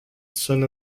son